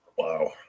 wow